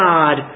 God